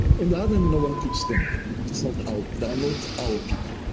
on the other, no one could stand them. it's not our, they are not our people.